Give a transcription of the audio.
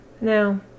No